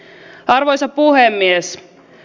arvoisa puhemies